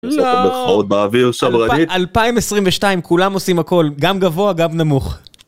זה במרכות באוויר "שמרנית" , לא! ב 2022 כולם עושים הכל גם גבוה גם נמוך